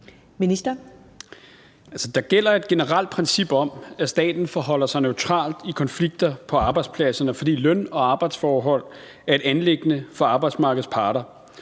Der gælder et generelt princip om, at staten forholder sig neutralt i konflikter på arbejdspladserne, fordi løn- og arbejdsforhold er et anliggende for arbejdsmarkedets parter.